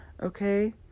Okay